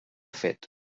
fet